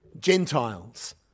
Gentiles